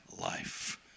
life